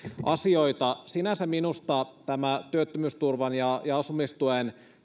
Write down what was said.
asioita sinänsä minusta tämä työttömyysturvan ja ja asumistuen